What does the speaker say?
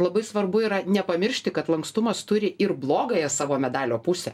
labai svarbu yra nepamiršti kad lankstumas turi ir blogąją savo medalio pusę